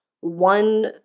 one